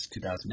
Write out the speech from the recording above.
2008